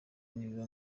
nibiba